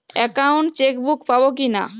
Account chequebook পাবো কি না?